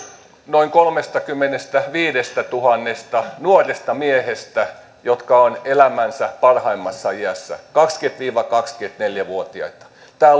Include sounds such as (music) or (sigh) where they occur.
noin kolmestakymmenestäviidestätuhannesta nuoresta miehestä jotka ovat elämänsä parhaimmassa iässä kaksikymmentä viiva kaksikymmentäneljä vuotiaita tämä (unintelligible)